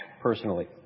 personally